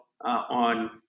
on